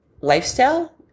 lifestyle